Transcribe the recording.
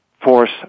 force